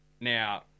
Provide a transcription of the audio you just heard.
Now